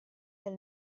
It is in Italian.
del